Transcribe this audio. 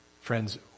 Friends